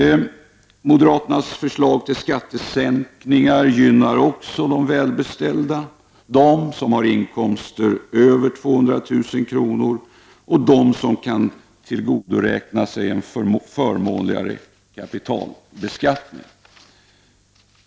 Moderaternas förslag till skattesänkningar gynnar också de välbeställda, de som har inkomster över 200000 kr. och de som kan tillgodoräkna sig en förmånligare kapitalbeskattning.